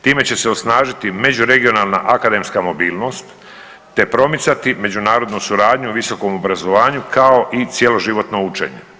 Time će se osnažiti međuregionalna akademska mobilnost, te promicati međunarodnu suradnju u visokom obrazovanju kao i cjeloživotno učenje.